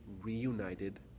reunited